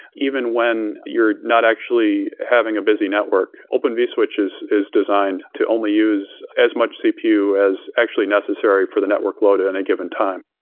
even when you're not actually having a busy network. open vswitch is is designed to only use as much cpu as actually necessary for the network load at any and and given time.